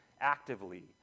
actively